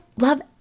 love